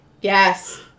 Yes